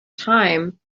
time